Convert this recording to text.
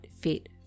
fit